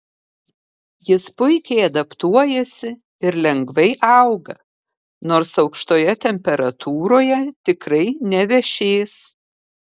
jis puikiai adaptuojasi ir lengvai auga nors aukštoje temperatūroje tikrai nevešės